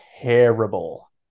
terrible